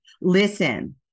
listen